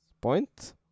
point